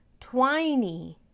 twiny